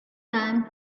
time